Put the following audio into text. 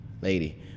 lady